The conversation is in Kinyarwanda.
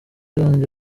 zanjye